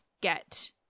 get